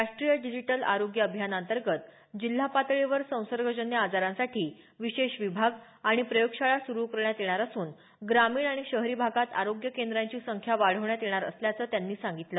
राष्ट्रीय डिजिटल आरोग्य अभियानाअंतर्गत जिल्हा पातळीवर संसर्गजन्य आजारांसाठी विशेष विभाग आणि प्रयोगशाळा सुरु करण्यात येणार असून ग्रामीण आणि शहरी भागात आरोग्य केंद्रांची संख्या वाढवण्यात येणार असल्याचं त्यांनी सांगितलं